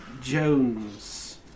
Jones